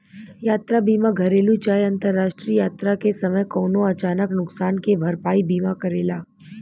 यात्रा बीमा घरेलु चाहे अंतरराष्ट्रीय यात्रा के समय कवनो अचानक नुकसान के भरपाई बीमा करेला